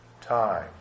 time